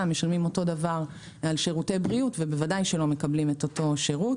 משלמים אותו דבר על שירותי בריאות ובוודאי שלא מקבלים אותו שירות.